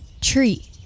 Tree